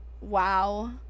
Wow